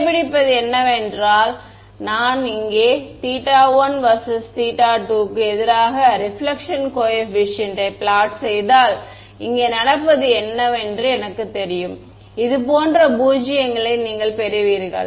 கண்டுபிடிப்பது என்னவென்றால் நான் இங்கே θ1 vs θ2 க்கு எதிராக ரிபிலக்ஷன் கோஏபிசியன்ட் யை பிளாட் செய்தால் இங்கே நடப்பது என்னவென்றால் இது போன்ற பூஜ்யங்களை நீங்கள் பெறுவீர்கள்